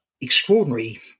extraordinary